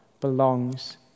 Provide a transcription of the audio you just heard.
belongs